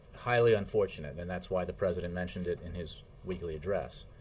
highly unfortunate. and that's why the president mentioned it in his weekly address.